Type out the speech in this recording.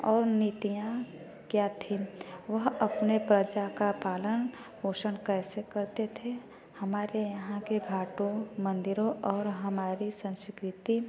और नीतियाँ क्या थी वह अपने प्रजा का पालन पोषण कैसे करते थे हमारे यहाँ के घाटों मंदिरों और हमारी संस्कृति